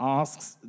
asks